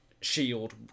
Shield